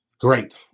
great